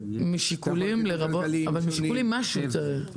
אבל משיקולים משהו צריך